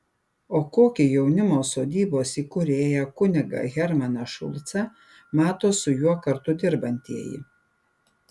o kokį jaunimo sodybos įkūrėją kunigą hermaną šulcą mato su juo kartu dirbantieji